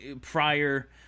prior